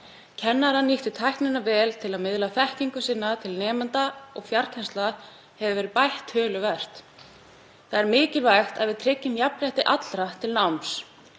Kennarar nýttu tæknina vel til að miðla þekkingu sinni til nemenda og fjarkennsla hefur verið bætt töluvert. Það er mikilvægt að við tryggjum jafnrétti allra til náms.